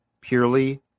purely